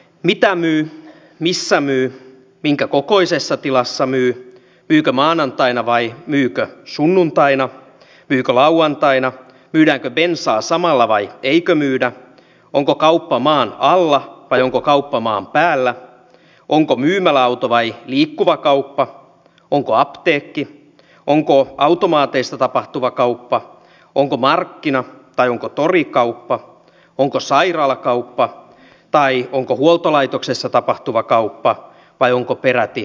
mitä myy missä myy minkä kokoisessa tilassa myy myykö maanantaina vai myykö sunnuntaina myykö lauantaina myydäänkö bensaa samalla vai eikö myydä onko kauppa maan alla vai onko kauppa maan päällä onko myymäläauto vai liikkuva kauppa onko apteekki onko automaateista tapahtuva kauppa onko markkina tai onko torikauppa onko sairaalakauppa tai onko huoltolaitoksessa tapahtuva kauppa vai onko peräti huutokauppa